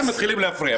אתם מתחילים להפריע.